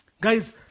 Guys